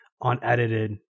unedited